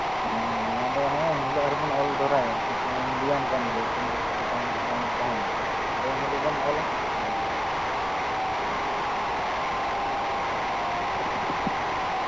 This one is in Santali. ᱦᱮᱸ ᱚᱱᱟ ᱫᱚ ᱦᱮᱸ ᱩᱱ ᱦᱤᱞᱳᱜ ᱟᱨᱚ ᱵᱚᱱ ᱚᱞ ᱫᱚᱦᱲᱟᱭᱟ ᱱᱤᱛᱳᱜ ᱢᱟ ᱞᱟᱹᱭᱟᱢ ᱠᱟᱱ ᱜᱮ ᱛᱤᱱᱟᱹᱜ ᱫᱤᱥᱟᱹ ᱛᱟᱦᱮᱱᱟ ᱥᱮ ᱵᱟᱝ ᱛᱟᱦᱮᱱᱟ ᱟᱨ ᱩᱱᱟᱹᱜ ᱜᱮᱵᱚᱱ ᱚᱞᱟ